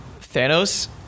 Thanos